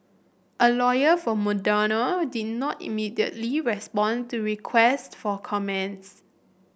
a lawyer for Madonna did not immediately respond to request for comments